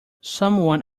someone